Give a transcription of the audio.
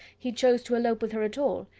he chose to elope with her at all,